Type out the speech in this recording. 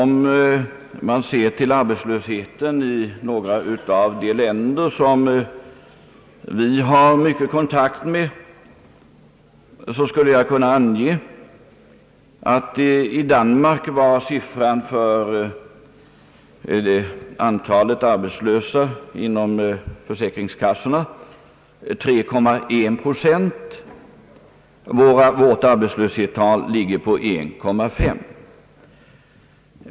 I Danmark — ett av de länder som vi har mycket nära kontakt med — är siffran för antalet arbetslösa hos försäkringskassorna 3,1 procent. Vårt arbetslöshetsantal ligger på 1,5 procent.